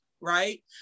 right